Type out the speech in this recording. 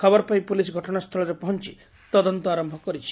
ଖବର ପାଇ ପୋଲିସ ଘଟଣାସ୍କୁଳରେ ପହଞ୍ ତଦନ୍ତ ଆରମ୍ଠ କରିଛି